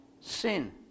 sin